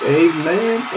amen